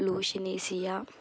లూషినీశియా